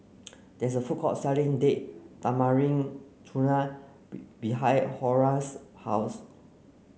there's a food court selling Date Tamarind Chutney be behind Horace's house